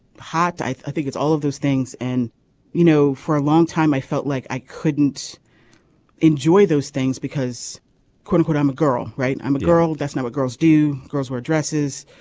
hot. i i think it's all of those things. and you know for a long time i felt like i couldn't enjoy those things because quote unquote i'm a girl right i'm a girl. that's not what girls do. girls wear dresses.